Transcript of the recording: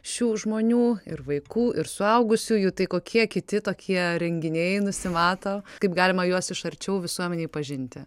šių žmonių ir vaikų ir suaugusiųjų tai kokie kiti tokie renginiai nusimato kaip galima juos iš arčiau visuomenei pažinti